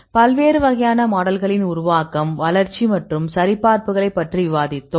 பல்வேறு வகையான மாடல்களின் உருவாக்கம் வளர்ச்சி மற்றும் சரிபார்ப்புகளைப் பற்றி விவாதித்தோம்